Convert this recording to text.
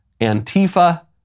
Antifa